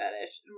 fetish